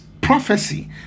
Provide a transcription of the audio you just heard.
prophecy